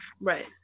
Right